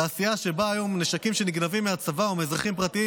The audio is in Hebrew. תעשייה שבה היום נשקים שנגנבים מהצבא או מאזרחים פרטיים